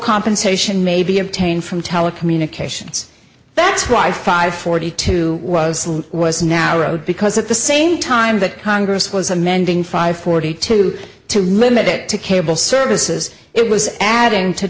compensation may be obtained from telecommunications that's why five forty two was was now road because at the same time that congress was amending five forty two to limit it to cable services it was adding to